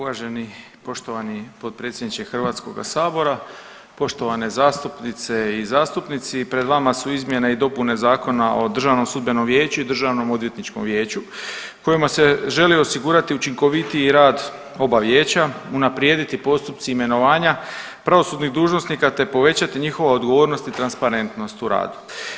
Uvaženi poštovani potpredsjedniče Hrvatskoga sabora, poštovane zastupnice i zastupnice pred vama su izmjene i dopuna Zakona o Državnom sudbenom vijeću i Državnom odvjetničkom vijeću kojima se želi osigurati učinkovitiji rad oba vijeća, unaprijediti postupci imenovanja pravosudnih dužnosnika te povećati njihovu odgovornost i transparentnost u radu.